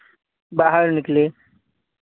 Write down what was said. बाहर निकले